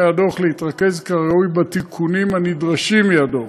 הדוח להתרכז כראוי בתיקונים הנדרשים מהדוח.